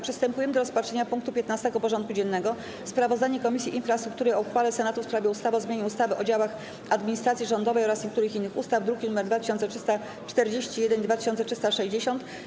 Przystępujemy do rozpatrzenia punktu 15. porządku dziennego: Sprawozdanie Komisji Infrastruktury o uchwale Senatu w sprawie ustawy o zmianie ustawy o działach administracji rządowej oraz niektórych innych ustaw (druki nr 2341 i 2360)